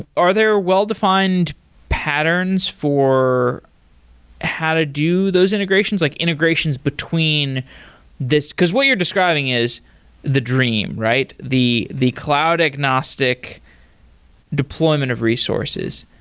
are there well-defined patterns for how to do those integrations? like integrations between this, because what you're describing is the dream, right? the the cloud agnostic deployment of resources.